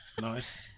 Nice